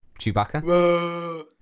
Chewbacca